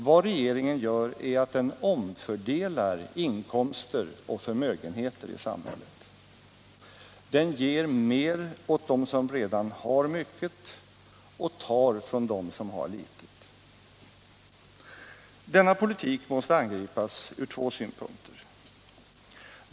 Vad regeringen gör är att den omfördelar inkomster och förmögenheter i samhället. Den ger mer åt dem som redan har mycket och tar från dem som har litet. Denna politik måste angripas ur två synpunkter.